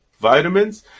Vitamins